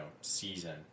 season